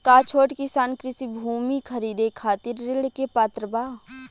का छोट किसान कृषि भूमि खरीदे के खातिर ऋण के पात्र बा?